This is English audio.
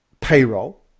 payroll